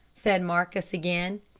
said marcus again.